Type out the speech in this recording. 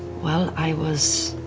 well, i was.